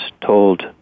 told